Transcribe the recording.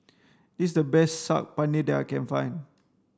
this is the best Saag Paneer that I can find